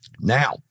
Now